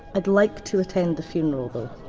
i'd, like to attend the funeral though?